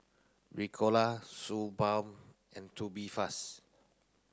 Ricola Suu Balm and Tubifast